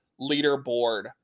leaderboard